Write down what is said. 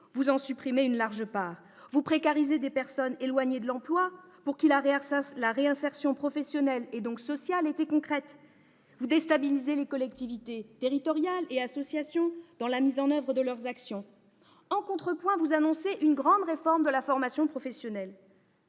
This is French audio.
vous en supprimez une large part. Vous précarisez des personnes éloignées de l'emploi, pour qui la réinsertion professionnelle, et donc sociale, était concrète. Vous déstabilisez les collectivités territoriales et les associations dans la mise en oeuvre de leurs actions. En contrepoint, vous annoncez une grande réforme de la formation professionnelle,